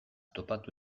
topatu